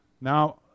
Now